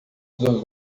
dos